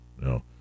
No